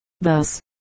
Thus